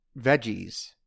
veggies